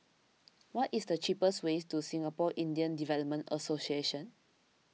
what is the cheapest way to Singapore Indian Development Association